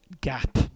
gap